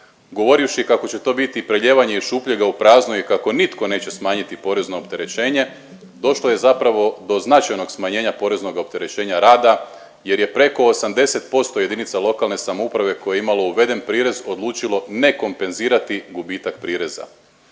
govorivši kako će to biti prelijevanje iz šupljega u prazno i kako nitko neće smanjiti porezno opterećenje, došlo je zapravo do značajnog smanjenja poreznoga opterećenja rada jer je preko 80% jedinica lokalne samouprave koje je imalo uveden prirez, odlučilo ne kompenzirati gubitak prireza.